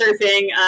surfing